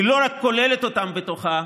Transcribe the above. היא לא רק כוללת אותם בתוכה,